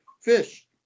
fish